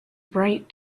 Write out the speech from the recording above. bright